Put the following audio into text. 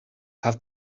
have